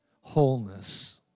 wholeness